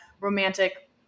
romantic